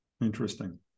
Interesting